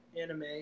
anime